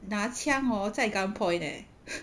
拿枪 hor 在 gun point leh